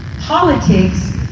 Politics